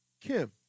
Kim